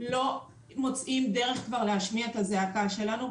לא מוצאים דרך כבר להשמיע את הזעקה שלנו,